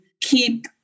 keep